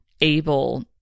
able